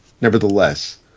nevertheless